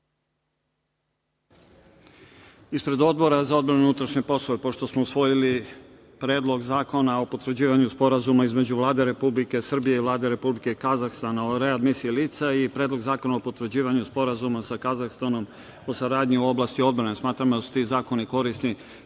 Ispred Odbora za odbranu i unutrašnje poslove. pošto smo usvojili Predlog zakona o potvrđivanju Sporazuma između Vlade Republike Srbije i Vlade Republike Kazahstan o readmisiji lica i Predlog zakona o potvrđivanju sporazuma sa Kazahstanom o saradnji u oblasti odbrane, smatram da su ti zakoni korisni